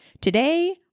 Today